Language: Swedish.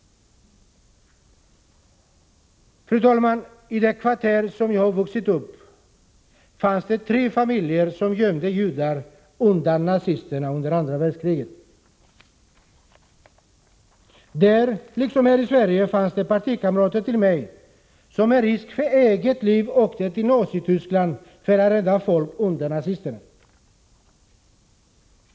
Fru talman! I det kvarter där jag växte upp fanns det tre familjer som gömde judar undan nazisterna under andra världskriget. Där, liksom här i Sverige, fanns det partikamrater till mig som, med risk för eget liv, åkte till Nazityskland för att rädda folk undan nazisterna.